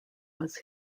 was